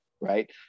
right